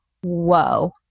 whoa